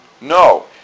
No